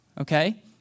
Okay